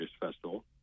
Festival